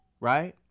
right